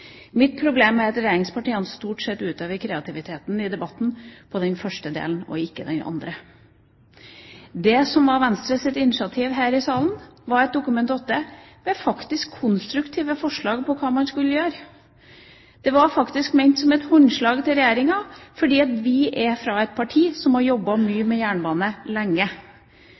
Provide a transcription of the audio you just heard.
Mitt problem er at regjeringspartiene stort sett utøver kreativiteten i debatten – på den første delen og ikke på den andre. Det som var Venstres initiativ i denne salen, var et Dokument 8-forslag med konstruktive forslag til hva man skulle gjøre. Det var faktisk ment som et håndslag til Regjeringa, fordi vi er fra et parti som har jobbet mye med jernbane lenge.